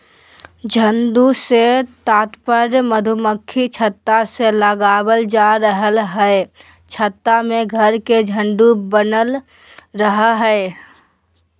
झुंड से तात्पर्य मधुमक्खी छत्ता से लगावल जा रहल हई छत्ता में घर के झुंड बनल रहई हई